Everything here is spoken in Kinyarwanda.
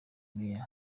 meyer